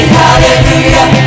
hallelujah